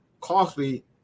costly